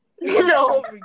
No